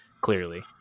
clearly